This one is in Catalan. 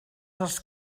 dels